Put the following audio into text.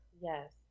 Yes